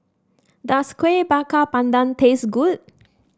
does Kueh Bakar Pandan taste good